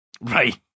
Right